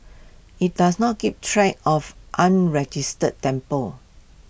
IT does not keep track of unregistered temples